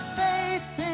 faith